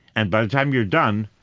and by the time you're done,